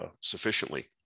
sufficiently